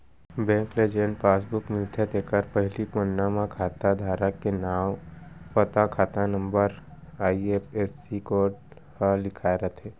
bank ले जेन passbook मिलथे तेखर पहिली पन्ना म खाता धारक के नांव, पता, खाता नंबर, आई.एफ.एस.सी कोड ह लिखाए रथे